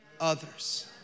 others